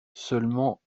seulement